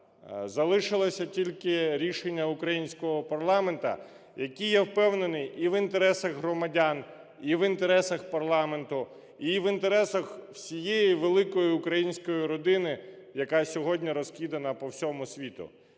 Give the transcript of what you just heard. Залишилося тільки рішення українського парламенту, яке, я впевнений, і в інтересах громадян, і в інтересах парламенту, і в інтересах всієї великої української родини, яка сьогодні розкидана по всьому світу.